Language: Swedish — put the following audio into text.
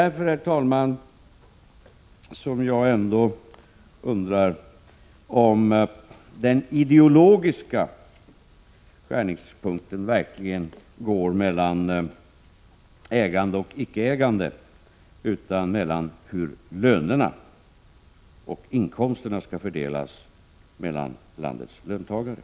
Därför, herr talman, undrar jag om den ideologiska skärningspunkten verkligen går mellan ägande och icke-ägande och inte mellan hur lönerna och — Prot. 1986/87:135 inkomsterna skall fördelas för landets löntagare.